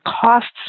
costs